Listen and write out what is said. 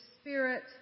Spirit